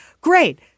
great